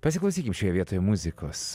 pasiklausykim šioje vietoje muzikos